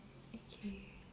okay